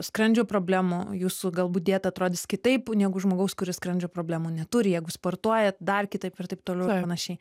skrandžio problemų jūsų galbūt dieta atrodys kitaip negu žmogaus kuris skrandžio problemų neturi jeigu sportuojat dar kitaip ir taip toliau ir panašiai